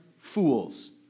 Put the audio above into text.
fools